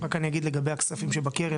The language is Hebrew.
רק אני אגיד לגבי התקציבים שבקרן,